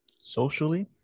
Socially